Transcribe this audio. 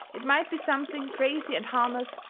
it might be something crazy and harmless,